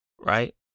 Right